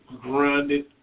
grinded